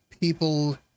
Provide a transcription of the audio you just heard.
people